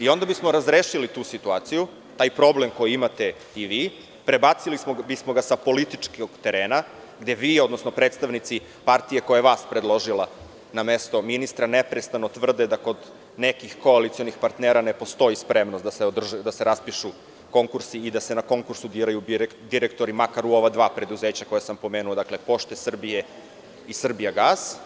Onda bismo razrešili tu situaciju i taj problem koji imate i vi, prebacili bismo ga sa političkog terena gde vi, odnosno predstavnici partije koja je vas predložila na mesto ministra, neprestano tvrde da kod nekih koalicionih partnera ne postoji spremnost da se raspišu konkursi i da se na konkursu biraju direktori, makar u ova dva preduzeća koja sam pomenuo – PTT i „Srbijagas“